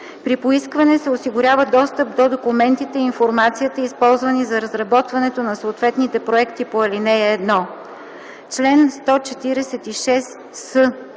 При поискване се осигурява достъп до документите и информацията, използвани за разработването на съответните проекти по ал. 1. Чл. 146с.